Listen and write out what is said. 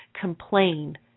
complain